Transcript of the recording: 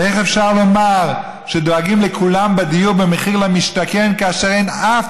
איך אפשר לומר שדואגים לכולם בדיור במחיר למשתכן כאשר אין אף